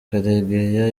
karegeya